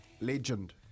Legend